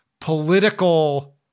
political